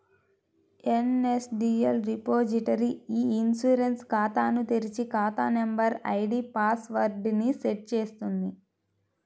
NSDL repository e insurance ఖాతాను తెరిచి, ఖాతా నంబర్, ఐడీ పాస్ వర్డ్ ని సెట్ చేస్తుంది